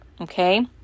okay